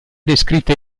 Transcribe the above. descritta